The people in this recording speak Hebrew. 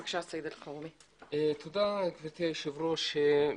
תודה, גברתי היושבת ראש.